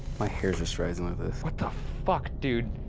my hair's just raising like this. what the fuck, dude?